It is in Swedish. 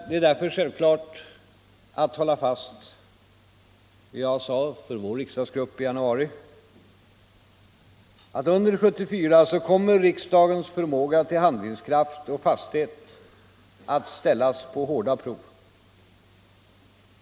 Det är därför riktigt som jag sade inför vår riksdagsgrupp i januari att under 1974 kommer riksdagens förmåga till handlingskraft och fasthet att ställas på hårda prov.